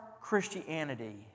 Christianity